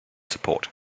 support